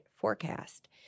forecast